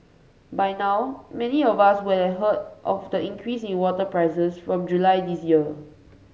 by now many of us would have heard of the increase in water prices from July this year